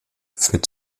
führt